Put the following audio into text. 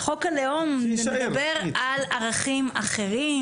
חוק הלאום דיבר על ערכים אחרים